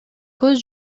көз